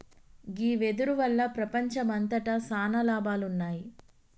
గీ వెదురు వల్ల ప్రపంచంమంతట సాన లాభాలున్నాయి